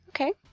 Okay